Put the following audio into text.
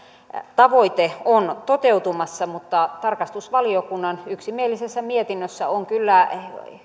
tavoite on toteutumassa mutta tarkastusvaliokunnan yksimielisessä mietinnössä on kyllä